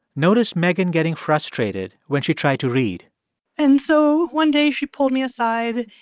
noticed megan getting frustrated when she tried to read and so one day, she pulled me aside,